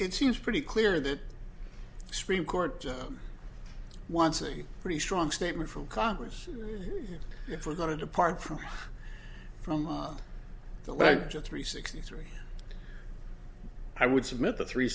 it seems pretty clear that stream court judge wants a pretty strong statement from congress if we're going to depart from from the ledge of three sixty three i would submit the three